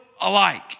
alike